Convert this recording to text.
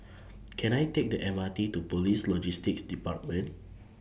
Can I Take The M R T to Police Logistics department